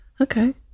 Okay